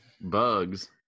bugs